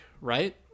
right